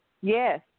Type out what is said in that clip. Yes